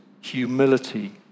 humility